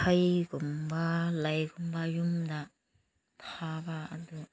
ꯍꯩꯒꯨꯝꯕ ꯂꯩꯒꯨꯝꯕ ꯌꯨꯝꯗ ꯊꯥꯕ ꯑꯗꯨ